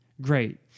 great